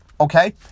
Okay